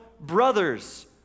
brothers